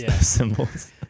symbols